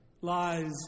lies